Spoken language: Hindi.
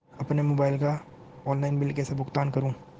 अपने मोबाइल का ऑनलाइन बिल कैसे भुगतान करूं?